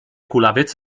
kulawiec